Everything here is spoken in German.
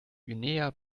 guinea